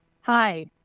hi